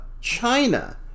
China